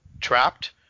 trapped